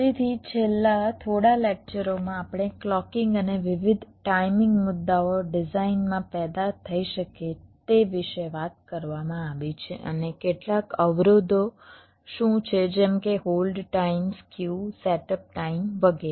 તેથી છેલ્લા થોડા લેક્ચરો માં આપણે ક્લૉકિંગ અને વિવિધ ટાઇમિંગ મુદ્દાઓ ડિઝાઇન માં પેદા થઈ શકે તે વિશે વાત કરવામાં આવી છે અને કેટલાક અવરોધો શું છે જેમ કે hold time skew setup time વગેરે